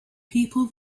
people